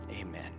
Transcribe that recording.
amen